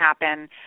happen